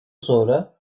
sonra